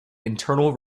internal